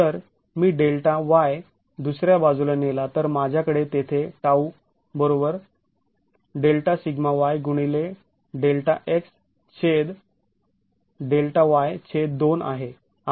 जर मी delta y दुसऱ्या बाजूला नेला तर माझ्याकडे तेथे τ बरोबर Δσy गुणिले Δx छेद Δy छेद २ आहे